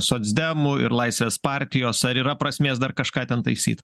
socdemų ir laisvės partijos ar yra prasmės dar kažką ten taisyt